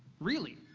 really?